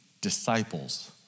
disciples